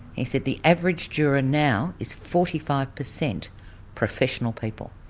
he said the average juror now is forty five percent professional people,